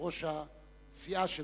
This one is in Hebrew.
יושב-ראש הסיעה שלו,